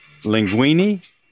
linguine